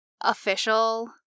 official